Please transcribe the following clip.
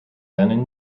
then